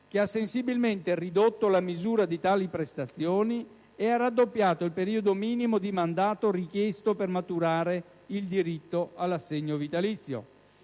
che ha sensibilmente ridotto la misura di tali prestazioni e ha raddoppiato il periodo minimo di mandato richiesto per maturare il diritto all'assegno vitalizio: